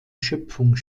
schöpfung